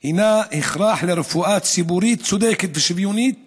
היא הכרח לרפואה ציבורית צודקת ושוויונית